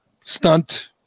stunt